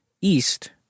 east